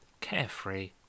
carefree